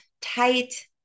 tight